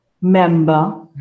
member